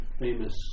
Famous